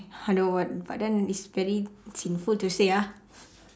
I know what but then it's very sinful to say ah